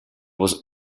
was